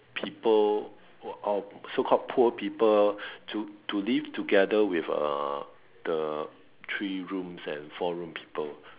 people of so called poor people to to live together with uh the three rooms and four room people